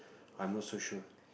I'm not so sure